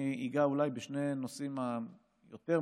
אני אגע אולי בשני הנושאים היותר-משמעותיים.